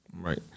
right